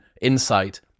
insight